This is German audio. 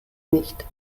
nicht